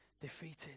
defeated